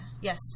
Yes